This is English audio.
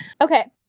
Okay